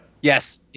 Yes